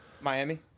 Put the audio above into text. Miami